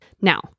Now